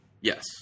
Yes